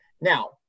Now